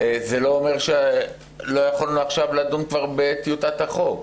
לא אומר שלא יכולנו עכשיו לדון כבר בטיוטת החוק.